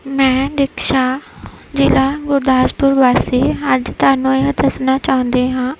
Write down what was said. ਮੈਂ ਦਿਕਸ਼ਾ ਜ਼ਿਲ੍ਹਾ ਗੁਰਦਾਸਪੁਰ ਵਾਸੀ ਅੱਜ ਤੁਹਾਨੂੰ ਇਹ ਦੱਸਣਾ ਚਾਹੁੰਦੀ ਹਾਂ